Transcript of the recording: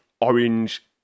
orange